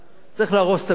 צריך להרוס את הבניין